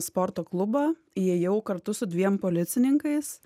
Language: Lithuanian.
sporto klubą įėjau kartu su dviem policininkais